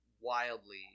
wildly